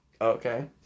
Okay